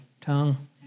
tongue